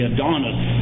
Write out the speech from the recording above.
Adonis